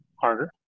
harder